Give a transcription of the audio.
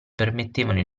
permetteva